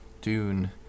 dune